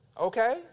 Okay